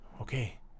Okay